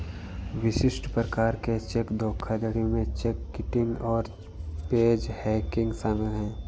विशिष्ट प्रकार के चेक धोखाधड़ी में चेक किटिंग और पेज हैंगिंग शामिल हैं